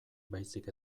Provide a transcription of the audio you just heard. baizik